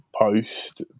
post